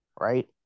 right